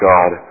God